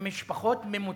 הן משפחות ממוצעות,